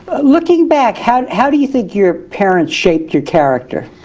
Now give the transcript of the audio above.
looking back how how do you think your parents shaped your character?